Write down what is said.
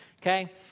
Okay